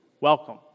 welcome